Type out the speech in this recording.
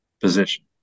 position